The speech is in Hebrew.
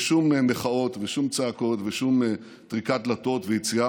ושום מחאות ושום צעקות ושום טריקת דלתות ויציאה